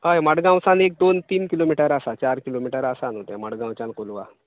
होय मडगांव सान एक दोन तीन किलोमीटर आसा चार किलोमीटर आसा न्हू तें मडगांवच्यान कोलवा